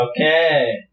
okay